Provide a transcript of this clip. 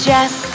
Jess